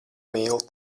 mīl